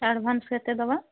advance କେତେ ଦେବା